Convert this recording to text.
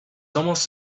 almost